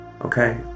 okay